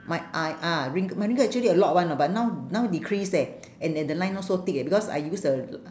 my I ah wrink~ my wrinkle actually a lot [one] know but now now decrease leh and and the line not so thick eh because I use the